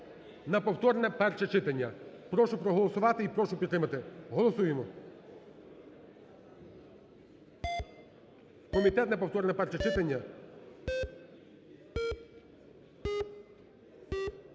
на повторне перше читання. Прошу проголосувати і прошу підтримати, голосуємо.